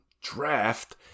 draft